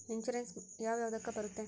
Insurance ಯಾವ ಯಾವುದಕ್ಕ ಬರುತ್ತೆ?